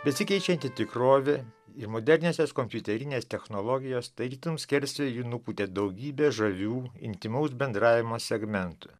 besikeičianti tikrovė ir moderniosios kompiuterinės technologijos tarytum skersvėjai nupūtė daugybę žavių intymaus bendravimo segmentui